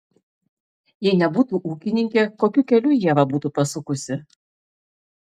jei nebūtų ūkininkė kokiu keliu ieva būtų pasukusi